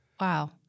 Wow